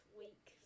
week